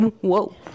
whoa